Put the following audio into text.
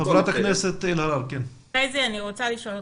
חזי, אני רוצה לשאול אותך.